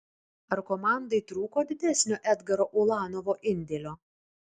ar komandai trūko didesnio edgaro ulanovo indėlio